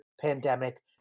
pandemic